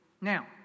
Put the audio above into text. Now